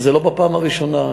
זו לא הפעם הראשונה.